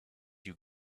you